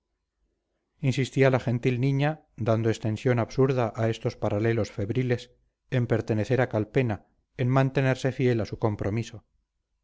insistía la gentil niña dando extensión absurda a estos paralelos febriles en pertenecer a calpena en mantenerse fiel a su compromiso